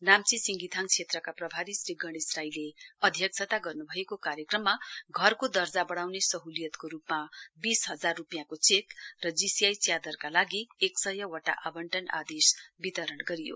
नाम्ची सिंगिथाङ क्षेत्रका प्रभारी श्री गणेश राईले अध्यक्षता गर्न्भएको कार्यक्रममा घरको दर्जा बढाउने सहलियतको रूपमा बीस हजार रुपियाँको चेक र जीसीआइ च्यादरका लागि एकसय वटा आवंटन आदेश वितरण गरियो